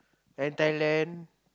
and Thailand